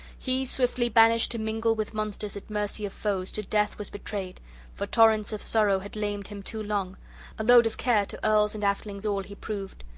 he, swiftly banished to mingle with monsters at mercy of foes, to death was betrayed for torrents of sorrow had lamed him too long a load of care to earls and athelings all he proved.